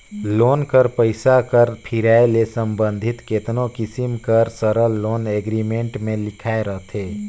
loan कर पइसा कर फिराए ले संबंधित केतनो किसिम कर सरल लोन एग्रीमेंट में लिखाए रहथे